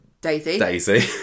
Daisy